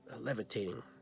levitating